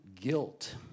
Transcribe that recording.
guilt